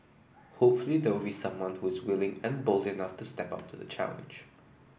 hopefully there will be someone who's willing and bold enough to step up to the challenge